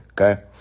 okay